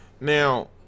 Now